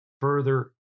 further